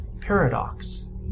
Paradox